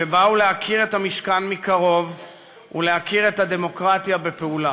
שבאו להכיר את המשכן מקרוב ולהכיר את הדמוקרטיה בפעולה.